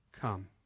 come